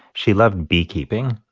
she loved beekeeping,